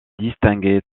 distinguer